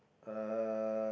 uh